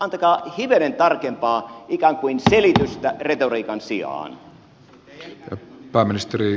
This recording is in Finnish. antakaa hivenen tarkempaa ikään kuin selitystä retoriikan sijaan